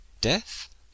Death